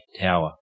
tower